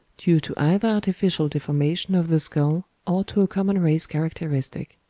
due to either artificial deformation of the skull or to a common race characteristic.